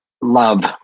love